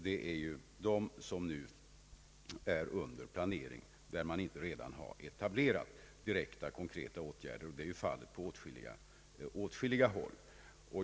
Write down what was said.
Dessa insatser är nu under planering där man inte redan har etablerat konkreta åtgärder, vilket är fallet på åtskilliga håll.